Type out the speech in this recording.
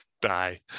die